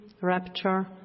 rapture